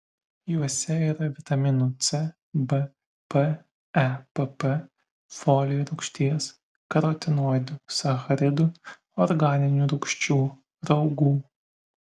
juose yra vitaminų c b p e pp folio rūgšties karotinoidų sacharidų organinių rūgščių raugų